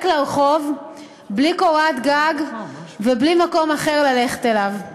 לרחוב בלי קורת גג ובלי מקום אחר ללכת אליו.